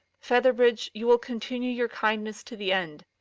featherbridge, you will continue your kindness to the end.